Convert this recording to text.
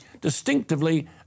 distinctively